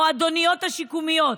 המועדוניות השיקומיות.